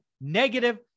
negative